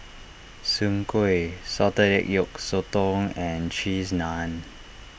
Soon Kway Salted Egg Yolk Sotong and Cheese Naan